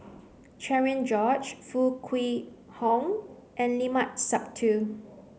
Cherian George Foo Kwee Horng and Limat Sabtu